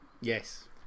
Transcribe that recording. Yes